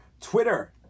Twitter